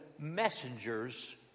messengers